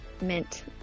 mint